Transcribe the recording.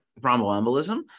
thromboembolism